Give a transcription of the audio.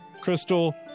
Crystal